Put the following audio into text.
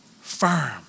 firm